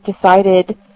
decided